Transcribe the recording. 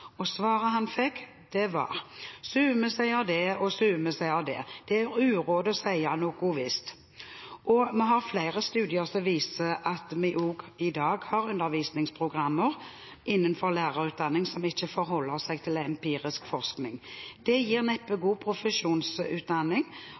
deres. Svaret han fikk, var: Sume seier det, og sume seier det, det er uråd å seia noko visst. Vi har flere studier som viser at vi også i dag har undervisningsprogrammer innenfor lærerutdanning som ikke forholder seg til empirisk forskning. Det gir neppe en god profesjonsutdanning.